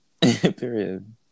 Period